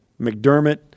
McDermott